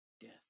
death